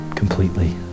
Completely